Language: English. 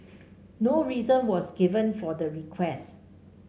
no reason was given for the request